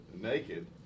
naked